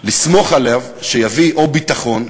לסמוך עליו שיביא או ביטחון,